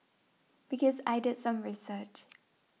because I did some research